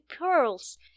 pearls